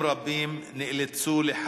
ובכללם גם אלימות בתוך המשפחה,